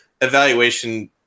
evaluation